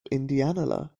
indianola